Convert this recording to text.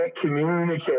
communicate